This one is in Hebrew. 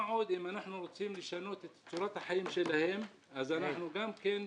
אם אנחנו רוצים לשנות את צורת החיים שלהם, בוודאות